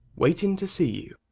waitin' to see you.